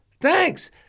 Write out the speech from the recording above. Thanks